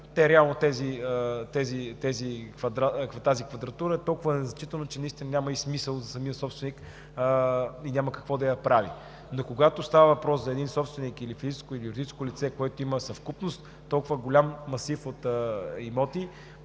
Реално тази квадратура е толкова незначителна, че няма смисъл и за самия собственик, няма какво да я прави. Но когато става въпрос за един собственик – или физическо, или юридическо лице, което има съвкупност от толкова голям масив от имоти,